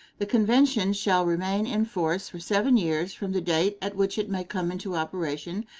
the convention shall remain in force for seven years from the date at which it may come into operation,